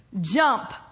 jump